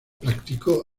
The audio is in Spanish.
practicó